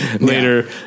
later